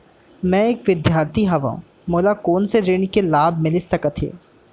मैं एक विद्यार्थी हरव, मोला कोन से ऋण के लाभ मिलिस सकत हे?